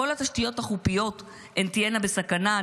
כל התשתיות החופיות תהיינה בסכנה,